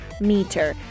meter